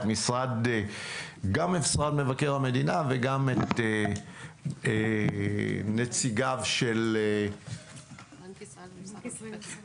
משרד מבקר המדינה וגם את נציגיו של בנק ישראל.